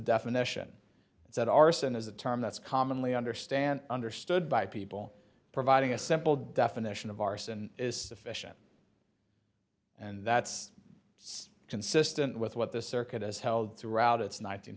definition is that arson is a term that's commonly understand understood by people providing a simple definition of arson is sufficient and that's consistent with what the circuit as held throughout its nine